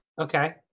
Okay